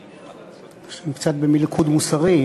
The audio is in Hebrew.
אני קצת במלכוד מוסרי.